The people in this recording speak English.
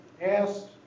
asked